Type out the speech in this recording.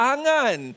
Angan